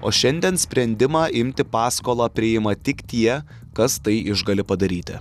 o šiandien sprendimą imti paskolą priima tik tie kas tai išgali padaryti